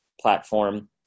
platform